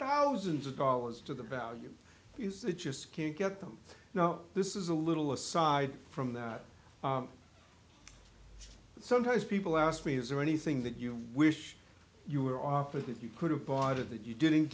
thousands of dollars to the value because they just can't get them now this is a little aside from that sometimes people ask me is there anything that you wish you were offered that you could have thought of that you didn't